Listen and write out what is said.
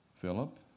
Philip